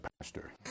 pastor